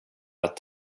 att